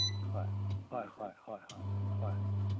ꯍꯣꯏ ꯍꯣꯏ ꯍꯣꯏ ꯍꯣꯏ ꯍꯣꯏ ꯍꯣꯏ